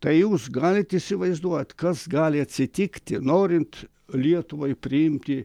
tai jūs galit įsivaizduot kas gali atsitikti norint lietuvai priimti